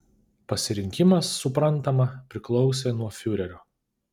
pasirinkimas suprantama priklausė nuo fiurerio